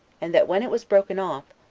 and that when it was broken off,